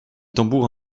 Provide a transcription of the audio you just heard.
tambours